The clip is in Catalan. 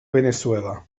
veneçuela